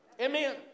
Amen